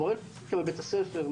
מורה פיזיקה בבית הספר,